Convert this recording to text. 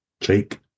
Jake